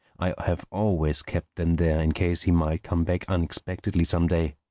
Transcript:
i have always kept them there in case he might come back unexpectedly some day.